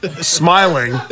smiling